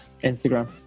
Instagram